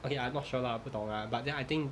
okay I'm not sure lah 不懂 lah but then I think